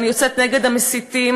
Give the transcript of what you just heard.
אני יוצאת נגד המסיתים